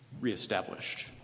reestablished